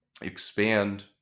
expand